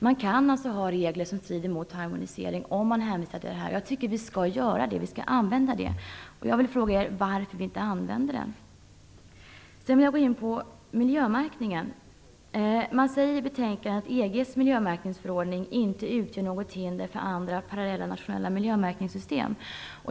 Man kan alltså ha regler som strider mot harmonisering om man hänvisar till denna paragraf. Jag tycker att vi skall använda den möjligheten, och jag vill fråga varför vi inte gör det. Sedan vill jag gå in på miljömärkningen. Man säger i betänkandet att EG:s miljömärkningsförordning inte utgör något hinder för andra parallella nationella miljömärkningssystem.